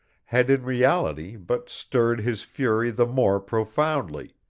had in reality but stirred his fury the more profoundly.